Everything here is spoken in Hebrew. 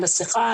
עם מסיכה,